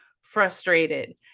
frustrated